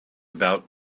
about